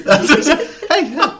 Hey